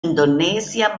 indonesia